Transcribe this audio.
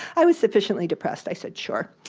i was sufficiently depressed. i said sure.